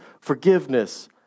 forgiveness